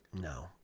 No